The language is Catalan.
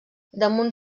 damunt